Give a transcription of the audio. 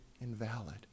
invalid